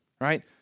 right